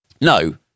No